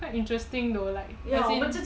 quite interesting though like as in